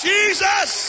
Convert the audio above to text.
Jesus